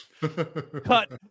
cut